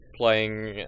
playing